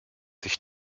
sich